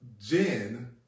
Jen